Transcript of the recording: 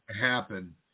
happen